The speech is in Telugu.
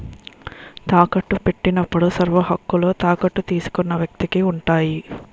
తాకట్టు పెట్టినప్పుడు సర్వహక్కులు తాకట్టు తీసుకున్న వ్యక్తికి ఉంటాయి